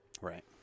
Right